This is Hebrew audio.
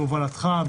בהובלתך,